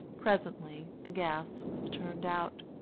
presently the gas was turned out.